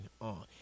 on